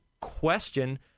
question